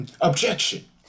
Objection